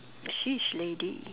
she is a lady